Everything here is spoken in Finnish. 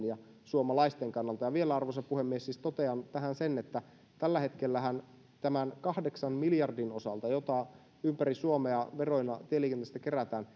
ja suomalaisten kannalta vielä arvoisa puhemies siis totean tähän sen että tällä hetkellähän tämän kahdeksan miljardin osalta jota ympäri suomea veroilla tieliikenteestä kerätään